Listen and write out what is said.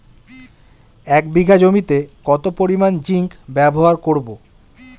এক বিঘা জমিতে কত পরিমান জিংক ব্যবহার করব?